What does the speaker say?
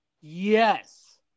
Yes